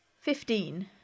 Fifteen